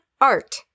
art